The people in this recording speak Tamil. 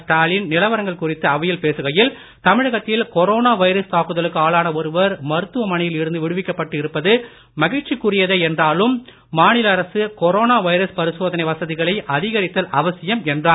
ஸ்டாலின் நிலவரங்கள் குறித்து அவையில் பேசுகையில் தமிழகத்தில் கொரோனா வைரஸ் தாக்குதலுக்கு ஆளான ஒருவர் மருத்துவமனையில் இருந்து விடுவிக்கப்பட்டு இருப்பது மகிழ்ச்சிக்குரியதே என்றாலும் மாநில அரசு கொரோனா வைரஸ் பரிசோதனை வசதிகளை அதிகரித்தல் அவசியம் என்றார்